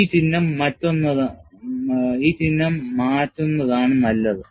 ഈ ചിഹ്നം മാറ്റുന്നതാണ് നല്ലത്